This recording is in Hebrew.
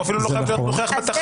הוא אפילו לא חייב להיות נוכח בתחנה.